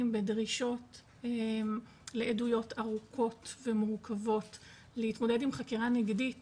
בדרישות לעדויות ארוכות ומורכבות להתמודד עם חקירה נגדית